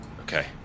okay